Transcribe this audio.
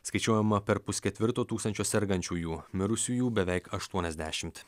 skaičiuojama per pusketvirto tūkstančio sergančiųjų mirusiųjų beveik aštuoniasdešimt